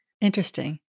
Interesting